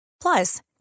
plus